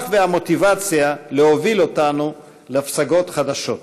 והמוטיבציה להוביל אותנו לפסגות חדשות.